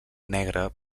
negre